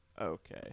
Okay